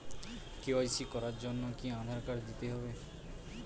KYC করার জন্য কি আধার কার্ড দিতেই হবে?